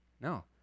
No